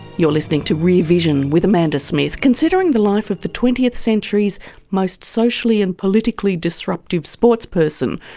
you're listening to rear vision with amanda smith, considering the life of the twentieth century's most socially and politically disruptive sportsperson,